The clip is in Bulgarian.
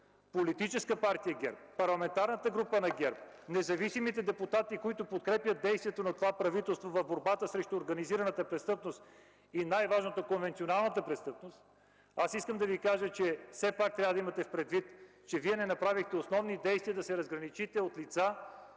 Политическа партия ГЕРБ, Парламентарната група на ГЕРБ, независимите депутати, които подкрепят действията на това правителство в борбата срещу организираната престъпност и най важното – конвенционалната престъпност, искам да Ви кажа, че Вие не направихте основните действия, за да се разграничите от лица,